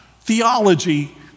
theology